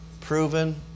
proven